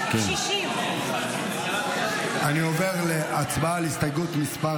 60. אני עובר להצבעה על הסתייגות מס'